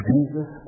Jesus